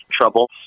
trouble